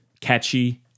catchy